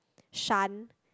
Shan